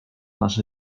masz